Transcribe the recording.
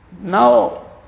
now